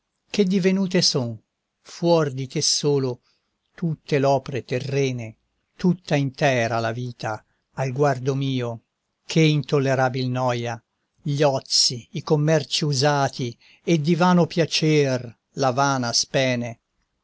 che divenute son fuor di te solo tutte l'opre terrene tutta intera la vita al guardo mio che intollerabil noia gli ozi i commerci usati e di vano piacer la vana spene